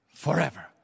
Forever